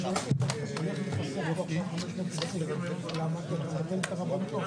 אנחנו סיימנו עם היבוא,